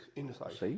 inside